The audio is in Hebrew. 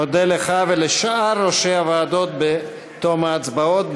נודה לך ולשאר ראשי הוועדות בתום ההצבעות,